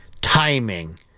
timing